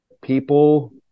People